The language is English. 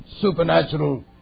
supernatural